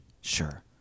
Sure